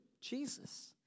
Jesus